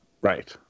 Right